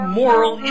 moral